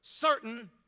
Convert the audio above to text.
certain